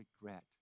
regret